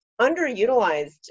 underutilized